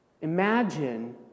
Imagine